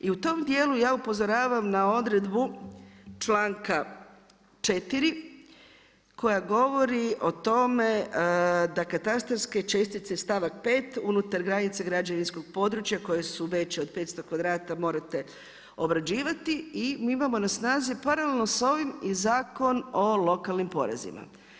I u tom dijelu ja upozoravam na odredbu, čl.4. koja govori o tome da katastarske čestice stavak 5 unutar granica građevinskog područja, koje su veće od 500 kvadrata morate obrađivati i mi imamo na snazi paralelno s ovim i Zakon o lokalnim porezima.